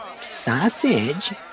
Sausage